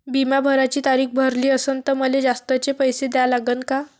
बिमा भराची तारीख भरली असनं त मले जास्तचे पैसे द्या लागन का?